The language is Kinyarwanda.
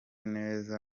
neza